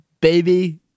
baby